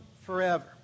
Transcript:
forever